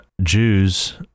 Jews